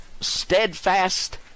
steadfast